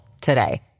today